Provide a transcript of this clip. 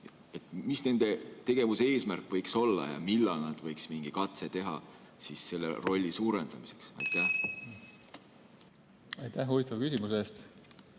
Mis nende tegevuse eesmärk võiks olla? Ja millal nad võiks mingi katse teha selle rolli suurendamiseks? Aitäh huvitava küsimuse eest!